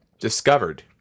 Discovered